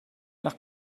nach